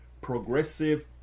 progressive